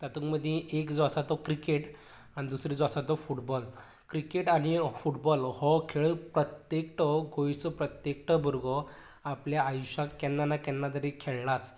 तातून मदी एक जो आसा तो क्रिकेट आनी दुसरो जो आसा तो फुटबाॅल क्रिकेट आनी फुटबाॅल हो खेळ प्रत्येकटो गोंयचो प्रत्येकटो भुरगो आपल्या आयूश्यान केन्ना ना केन्ना तरी खेळ्ळाच